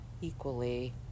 equally